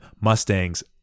Mustangs